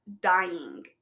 dying